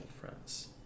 friends